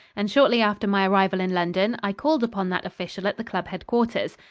and shortly after my arrival in london, i called upon that official at the club headquarters.